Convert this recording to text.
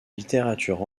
littérature